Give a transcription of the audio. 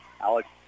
Alex